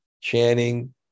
chanting